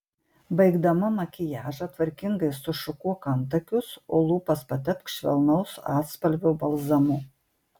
baigdama makiažą tvarkingai sušukuok antakius o lūpas patepk švelnaus atspalvio balzamu